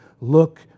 Look